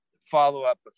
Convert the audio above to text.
follow-up